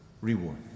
reward